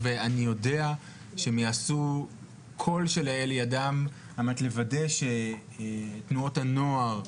שהם יעשו כל שלאל ידם כדי לוודא שתנועות הנוער,